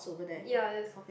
ya there's